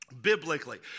biblically